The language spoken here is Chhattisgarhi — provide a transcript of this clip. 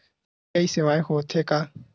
यू.पी.आई सेवाएं हो थे का?